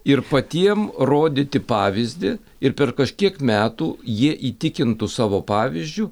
ir patiem rodyti pavyzdį ir per kažkiek metų jie įtikintų savo pavyzdžiu